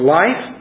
life